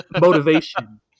motivation